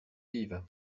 vives